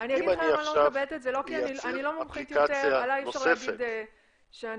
עכשיו אשים אפליקציה נוספת,